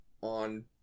on